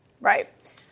Right